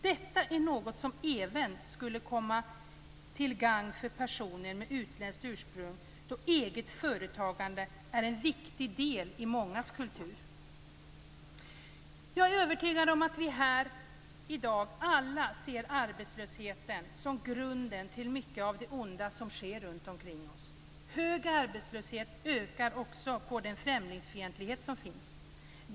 Detta är något som även skulle komma till gagn för personer med utländskt ursprung eftersom eget företagande är en viktig del i mångas kultur. Jag är övertygad om att vi alla här i dag ser arbetslösheten som grunden till mycket av det onda som sker runt omkring oss. Stor arbetslöshet ökar också den främlingsfientlighet som finns.